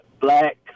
black